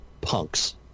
Punks